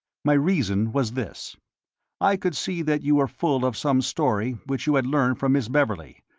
my reason was this i could see that you were full of some story which you had learned from miss beverley,